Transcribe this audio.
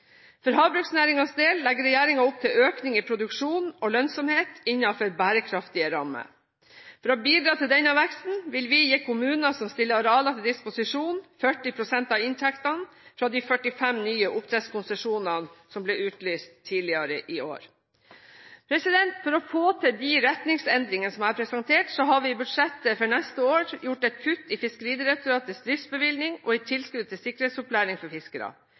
For havbruksnæringens del legger regjeringen opp til økning i produksjon og lønnsomhet innenfor bærekraftige rammer. For å bidra til denne veksten vil vi gi kommuner som stiller arealer til disposisjon, 40 pst. av inntektene fra de 45 nye oppdrettskonsesjonene som ble utlyst tidligere i år. For å få til de retningsendringene jeg har presentert, har vi i budsjettet for neste år gjort et kutt i Fiskeridirektoratets driftsbevilgning og i tilskuddet til sikkerhetsopplæring for fiskere.